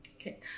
Okay